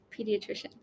pediatrician